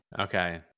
Okay